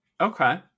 Okay